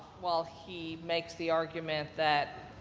while he makes the argument that,